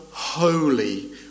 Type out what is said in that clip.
holy